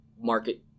market